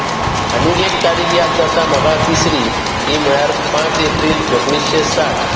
आनीक एक तारीख याद जाता म्हाका तिसरी ती म्हळ्यार पांच एप्रील एकुणेशें साठ